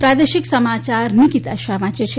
પ્રાદેશિક સમાચાર નીકિતા શાહ વાંચે છે